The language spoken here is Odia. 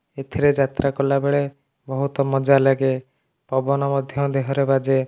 ଏଥିରେ ଯାତ୍ରା କଲାବେଳେ ବହୁତ ମଜା ଲାଗେ ପବନ ମଧ୍ୟ ଦେହରେ ବାଜେ